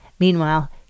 Meanwhile